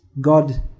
God